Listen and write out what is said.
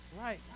right